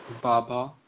Baba